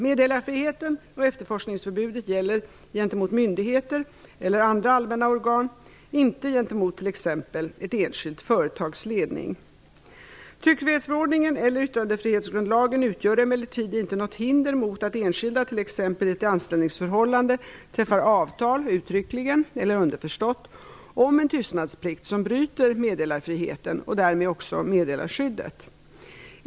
Meddelarfriheten och efterforskningsförbudet gäller gentemot myndigheter eller andra allmänna organ, inte gentemot t.ex. ett enskilt företags ledning. Tryckfrihetsförordningen eller yttrandefrihetsgrundlagen utgör emellertid inte något hinder för att enskilda t.ex. i ett anställningsförhållande träffar avtal - uttryckligen eller underförstått - om en tystnadsplikt som bryter meddelarfriheten och därmed också meddelarskyddet.